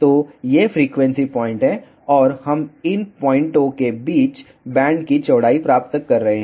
तो ये frequency point हैं और हम इन पॉइंटओं के बीच बैंड की चौड़ाई प्राप्त कर रहे हैं